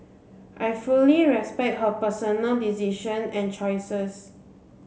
I fully respect her personal decision and choices